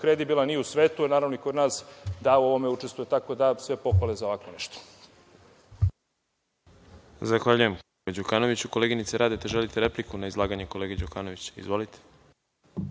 kredibilan i u svetu i naravno i kod nas da u ovome učestvuje. Tako da sve pohvale za ovako nešto.